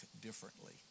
differently